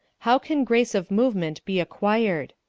how can grace of movement be acquired?